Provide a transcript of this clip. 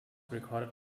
recorded